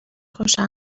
خوشم